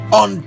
on